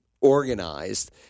organized